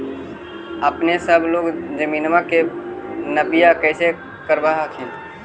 अपने सब लोग जमीनमा के नपीया कैसे करब हखिन?